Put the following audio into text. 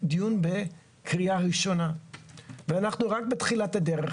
דיון בקריאה ראשונה ואנחנו רק בתחילת הדרך.